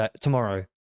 tomorrow